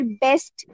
best